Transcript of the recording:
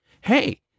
hey